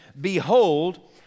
Behold